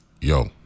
yo